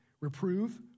Reprove